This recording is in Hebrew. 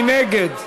מי נגד?